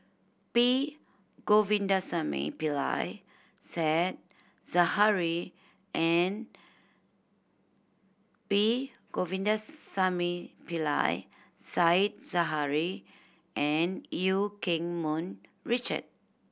P Govindasamy Pillai Said Zahari and P Govindasamy Pillai Said Zahari and Eu Keng Mun Richard